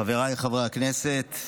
חבריי חברי הכנסת,